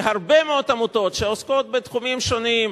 שהרבה מאוד עמותות שעוסקות בתחומים שונים,